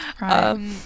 Right